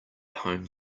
home